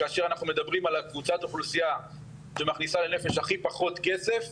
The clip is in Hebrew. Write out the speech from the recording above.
כאשר אנחנו מדברים על קבוצת האוכלוסייה שמכניסה לנפש הכי פחות כסף,